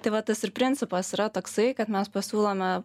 tai va tas ir principas yra toksai kad mes pasiūlome